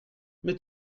mais